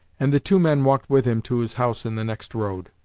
and the two men walked with him to his house in the next road.